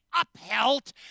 upheld